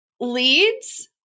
leads